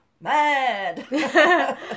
mad